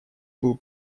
был